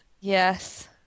Yes